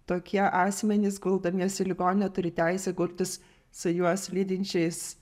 tokie asmenys guldamiesi į ligoninę turi teisę gultis su juos lydinčiais